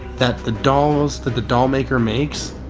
that the dolls that the doll maker makes,